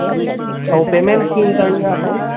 अच्छा ऐं पेमैंट कीअं करणी आहे असांखे